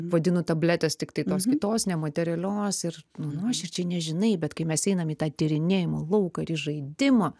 vadinu tabletės tiktai tos kitos nematerialios ir nu nuoširdžiai nežinai bet kai mes einam į tą tyrinėjimų lauką ir į žaidimo